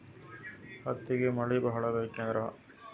ಹತ್ತಿಗೆ ಮಳಿ ಭಾಳ ಬೇಕೆನ್ರ?